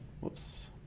whoops